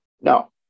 No